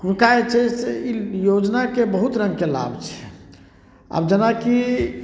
हुनका जे छै से ई योजनाके बहुत रङ्गके लाभ छै आब जेनाकि